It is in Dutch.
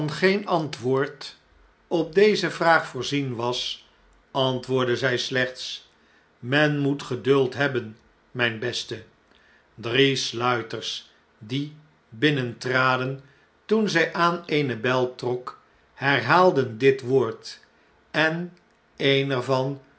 cipier vangeenantwoord op deze vraag voorzien was antwoordde zg slechts men moet geduld hebben mh'n beste drie sluiters die binnentraden toen zjj aan eene bel trok herhaalden dit woord en een er van